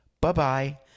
Bye-bye